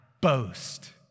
boast